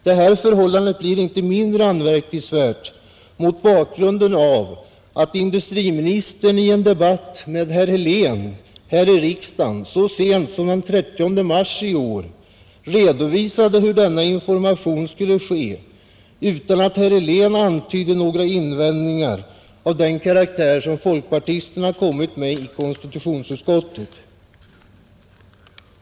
Det förhållandet blir inte mindre anmärkningsvärt mot bakgrunden av att industriministern i en debatt med herr Helén här i riksdagen så sent som den 30 mars i år redovisade hur denna information skulle ges utan att herr Helén antydde några invändningar av den karaktär som folkpartisterna kommit med i konstitutionsutskottet.